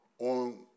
On